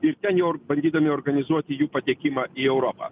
ir ten jau ir bandydami organizuoti jų patekimą į europą